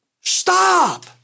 stop